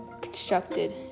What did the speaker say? constructed